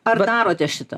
ar darote šitą